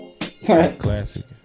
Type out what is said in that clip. classic